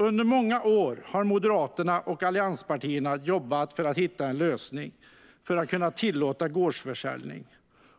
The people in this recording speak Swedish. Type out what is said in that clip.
Under många år har Moderaterna och allianspartierna jobbat för att hitta en lösning för att kunna tillåta gårdsförsäljning.